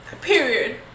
period